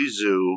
Zoo